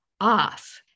off